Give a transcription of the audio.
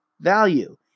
value